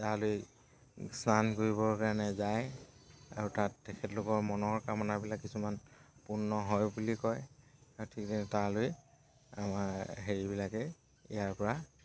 তালৈ স্নান কৰিবৰ কাৰণে যায় আৰু তাত তেখেতলোকৰ মনৰ কামনাবিলাক কিছুমান পূৰ্ণ হয় বুলি কয় আৰু ঠিক তেনে তালৈ আমাৰ হেৰিবিলাকে ইয়াৰ পৰা